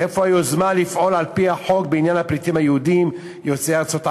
איפה היוזמה לפעול על-פי החוק בעניין הפליטים היהודים יוצאי ארצות ערב?